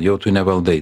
jau tu nevaldai